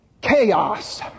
chaos